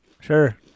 Sure